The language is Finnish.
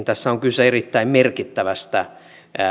tässä on kyse erittäin merkittävästä